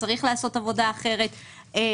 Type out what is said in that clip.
שצריך לעשות עבודה אחרת,